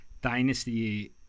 Dynasty